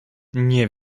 nie